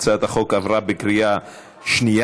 הצעת החוק עברה בקריאה שנייה.